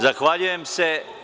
Zahvaljujem se.